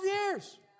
years